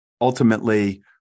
ultimately